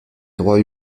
droits